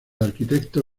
arquitecto